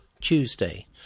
Tuesday